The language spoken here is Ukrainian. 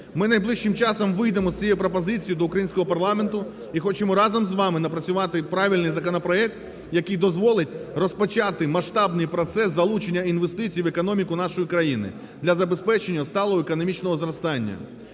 Ми найближчим часом вийдемо з цією пропозицією до українського парламенту і хочемо разом з вами напрацювати правильний законопроект, який дозволить розпочати масштабний процес залучення інвестицій в економіку нашої країни для забезпечення сталого економічного зростання.